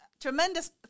tremendous